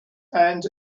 and